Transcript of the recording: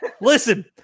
Listen